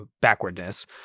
backwardness